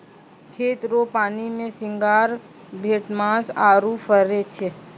खेत रो पानी मे सिंघारा, भेटमास आरु फरै छै